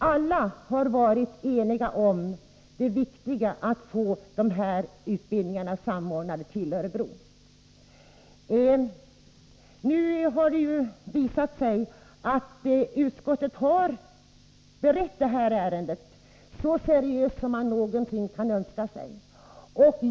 Alla har varit eniga om vikten av att få dessa utbildningar samordnade till Örebro. Utskottet har berett detta ärende så seriöst som man någonsin kan önska sig.